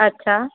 અચ્છા